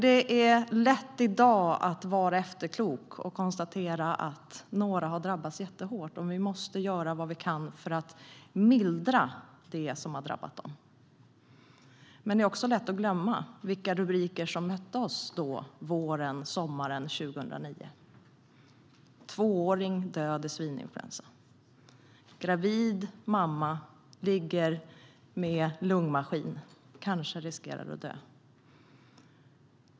Det är lätt i dag att vara efterklok och konstatera att några har drabbats jättehårt, och vi måste göra vad vi kan för att mildra det som har drabbat dem. Men det är också lätt att glömma vilka rubriker som mötte oss våren och sommaren 2009. Tvååring död i svininfluensa. Gravid mamma ligger med lungmaskin och riskerar att dö.